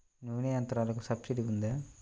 నూనె యంత్రాలకు సబ్సిడీ ఉందా?